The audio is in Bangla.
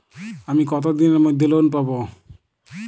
আমি কতদিনের মধ্যে লোন পাব?